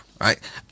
right